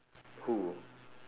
who